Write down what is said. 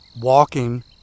walking